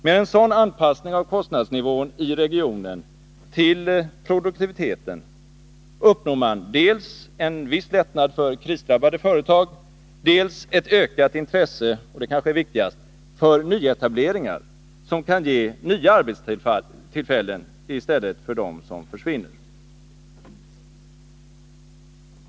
Med en sådan anpassning av kostnadsnivån i regionen till produktiviteten uppnår man dels en viss lättnad för krisdrabbade företag, dels ett ökat intresse — och det kanske är viktigast — för nyetableringar, som kan ge nya arbetstillfällen i stället för dem som försvinner.